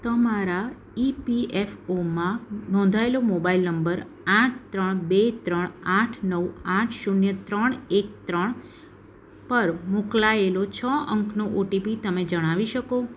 તમારા ઇપીએફઓમાં નોંધાયેલા મોબાઈલ નંબર આઠ ત્રણ બે ત્રણ આઠ નવ આઠ શૂન્ય ત્રણ એક ત્રણ પર મોકલાયેલો છ અંકનો ઓટીપી તમે જણાવી શકો